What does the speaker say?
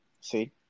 See